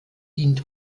dient